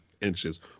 inches